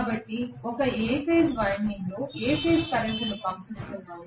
కాబట్టి నేను ఒక A ఫేజ్ వైండింగ్లో A ఫేజ్ కరెంట్ను పంపింగ్ చేస్తున్నాను